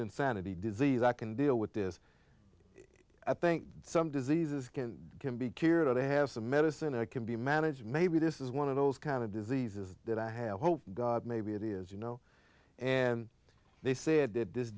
insanity disease i can deal with this i think some diseases can be cured i have some medicine i can be managed maybe this is one of those kind of diseases that i have hope maybe it is you know and they said that this